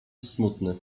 smutny